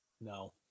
no